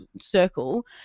circle